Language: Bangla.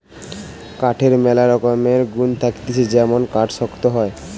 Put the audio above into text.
কাঠের ম্যালা রকমের গুন্ থাকতিছে যেমন কাঠ শক্ত হয়